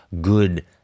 good